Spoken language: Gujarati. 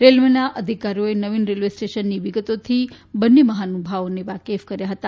રેલવેના અધિકારીઓએ નવીન રેલવે સ્ટેદશનની વિગતોથી બન્ને મહાનુભાવોને વાકેફ કર્યા હતા